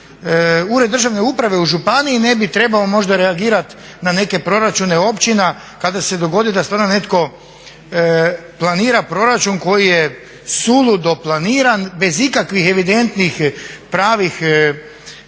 Ured državne uprave u županiji ne bi trebao možda reagirati na neke proračune općina kada se dogodi da stvarno netko planira proračun koji je suludo planiran bez ikakvih evidentnih pravih